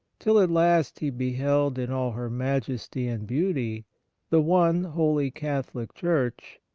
till at last he beheld in all her majesty and beauty the one, holy, catholic church,